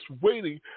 waiting